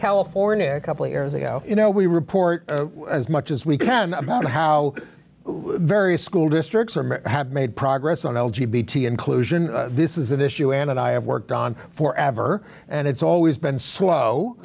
california a couple of years ago you know we report as much as we can about how various school districts have made progress on l g b t inclusion this is an issue and i have worked on for ever and it's always been slow